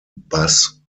bass